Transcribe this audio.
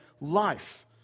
life